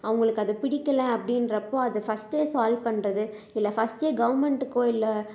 அவங்களுக்கு அது பிடிக்கலை அப்படின்றபோது அதை ஃபஸ்ட்டு சால்வ் பண்ணுறது இல்லை ஃபஸ்ட்டு கவர்மெண்ட்டுக்கு இல்லை